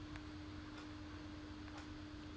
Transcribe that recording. okay